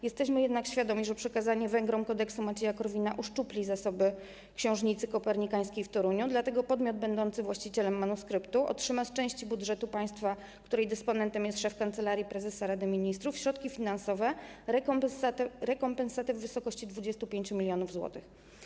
Jesteśmy jednak świadomi, że przekazanie Węgrom ˝Kodeksu Macieja Korwina˝ uszczupli zasoby Książnicy Kopernikańskiej w Toruniu, dlatego podmiot będący właścicielem manuskryptu otrzyma z części budżetu państwa, której dysponentem jest szef Kancelarii Prezesa Rady Ministrów, środki finansowe, rekompensatę w wysokości 25 mln zł.